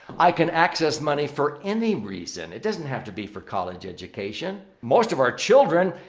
i can access money for any reason. it doesn't have to be for college education. most of our children,